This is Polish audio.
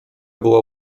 była